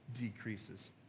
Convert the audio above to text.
decreases